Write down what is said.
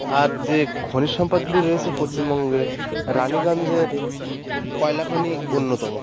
আর যে খনিজ সম্পদগুলি রয়েছে পশ্চিমবঙ্গের রানীগঞ্জের কয়লা খনি অন্যতম